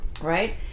right